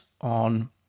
on